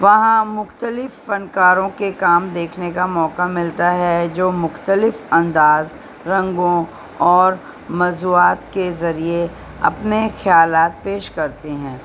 وہاں مختلف فنکاروں کے کام دیکھنے کا موقع ملتا ہے جو مختلف انداز رنگوں اور موضوعات کے ذریعے اپنے خیالات پیش کرتے ہیں